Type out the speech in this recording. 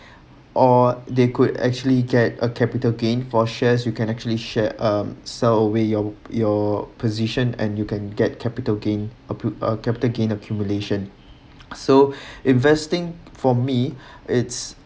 or they could actually get a capital gain for shares you can actually share um sell away your your position and you can get capital gain accu~ uh capital gain accumulation so investing for me it's